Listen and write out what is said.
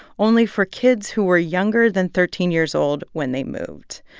only for kids who were younger than thirteen years old when they moved.